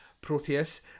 Proteus